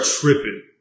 tripping